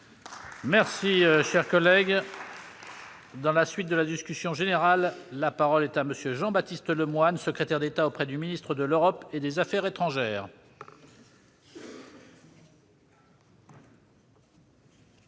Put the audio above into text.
Merci, cher collègue. Dans la suite de la discussion générale, la parole est à monsieur Jean-Baptiste Lemoyne, secrétaire d'État auprès du ministre de l'Europe et des Affaires étrangères.